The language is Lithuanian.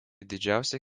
didžiausia